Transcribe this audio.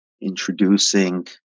introducing